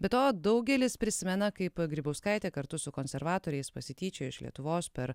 be to daugelis prisimena kaip grybauskaitė kartu su konservatoriais pasityčiojo iš lietuvos per